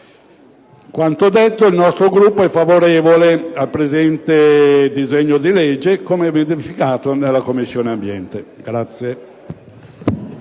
quanto detto, il nostro Gruppo è favorevole al presente disegno di legge, come trasmesso dalla Commissione ambiente.*(Applausi